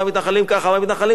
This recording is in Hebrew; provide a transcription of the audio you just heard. אני מבין את ההישגים שלנו.